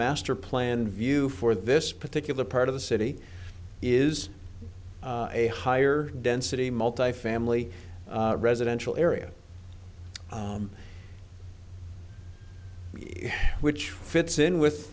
master plan view for this particular part of the city is a higher density multifamily residential area which fits in with